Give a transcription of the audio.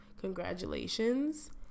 Congratulations